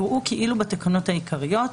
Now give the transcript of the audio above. יראו כאילו בתקנות העיקריות,